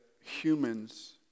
humans